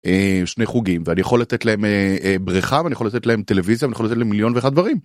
שני חוגים ואני יכול לתת להם בריכה ואני יכול לתת להם טלוויזיה ואני יכול לתת להם מיליון ואחת דברים.